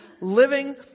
living